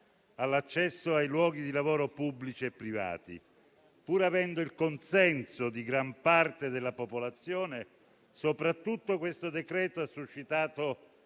all'accesso ai luoghi di lavoro pubblici e privati. Pur avendo il consenso di gran parte della popolazione, soprattutto questo decreto-legge ha suscitato